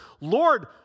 Lord